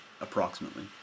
approximately